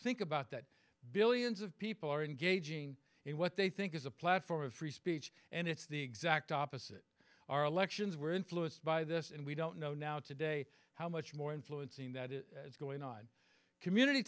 think about that billions of people are engaging in what they think is a platform of free speech and it's the exact opposite our elections were influenced by this and we don't know now today how much more influencing that is it's going on community